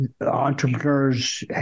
entrepreneurs